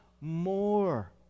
more